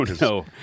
no